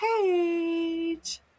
page